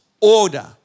order